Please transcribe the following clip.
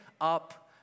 up